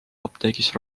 apteegis